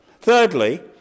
Thirdly